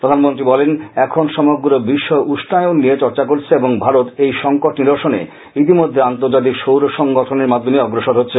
প্রধানমন্ত্রী বলেন এখন সমগ্র বিশ্ব উষ্ণায়ন নিয়ে চর্চা করছে এবং ভারত এই সংকট নিরসনে ইতিমধ্যে আন্তর্জাতিক সৌর সংগঠনের মাধ্যমে অগ্রসর হচ্ছে